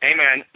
Amen